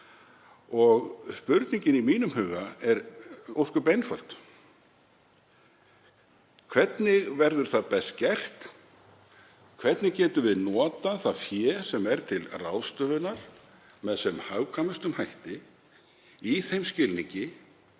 Spurningin í mínum huga er ósköp einföld: Hvernig verður það best gert? Hvernig getum við notað það fé sem er til ráðstöfunar með sem hagkvæmustum hætti í þeim skilningi